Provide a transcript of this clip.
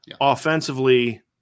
Offensively